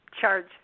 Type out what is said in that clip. charge